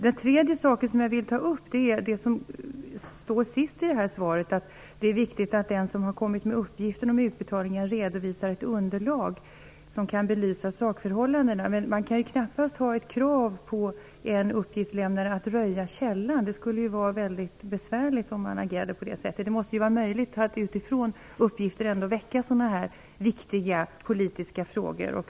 Den tredje saken jag vill ta upp är det som står sist i svaret, nämligen att det är viktigt att den som har kommit med uppgiften om utbetalningar redovisar ett underlag som kan belysa sakförhållandena. Man kan knappast ha krav på att en uppgiftslämnare skall röja källan. Det skulle vara mycket besvärligt om man agerade på det sättet. Det måste vara möjligt att utifrån uppgifter väcka sådana här viktiga, politiska frågor.